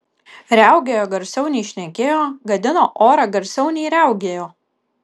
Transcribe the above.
riaugėjo garsiau nei šnekėjo gadino orą garsiau nei riaugėjo